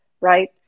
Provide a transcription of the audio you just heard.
right